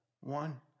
One